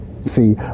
See